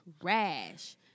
trash